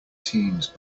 teens